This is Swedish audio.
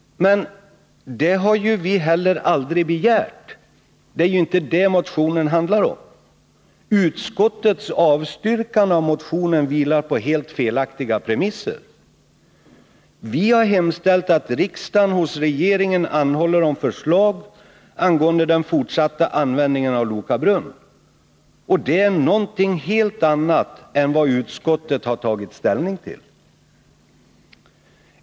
Men det har vi heller aldrig begärt. Det är ju inte det motionen handlar om. Utskottets avstyrkan av motionen vilar på helt felaktiga premisser. Vi har hemställt att riksdagen hos regeringen anhåller om förslag angående den fortsatta användningen av Loka brunn. Det är någonting helt annat än vad utskottet har tagit ställning till.